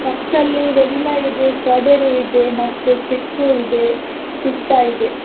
ಕಪ್ಸಲ್ಲಿ vanilla ಇದೆ strawberry ಇದೆ ಮತ್ತು ಚಿಕ್ಕು ಇದೆ ಪಿಸ್ತಾ ಇದೆ